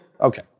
Okay